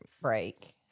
break